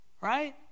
Right